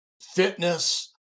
fitness